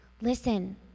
Listen